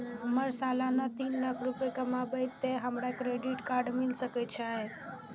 हमर सालाना तीन लाख रुपए कमाबे ते हमरा क्रेडिट कार्ड मिल सके छे?